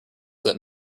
that